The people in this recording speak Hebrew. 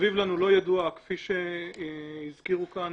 מסביב לנו לא ידועה, כפי שהזכירו כאן.